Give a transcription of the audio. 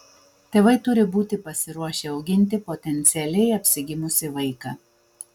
tėvai turi būti pasiruošę auginti potencialiai apsigimusį vaiką